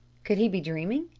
could he be dreaming?